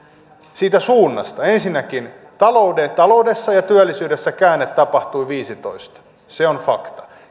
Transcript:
siitä suunnasta ensinnäkin taloudessa ja työllisyydessä käänne tapahtui viisitoista se on fakta